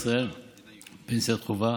בישראל פנסיית חובה,